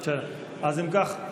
אז אם כך,